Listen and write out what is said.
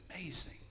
amazing